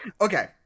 okay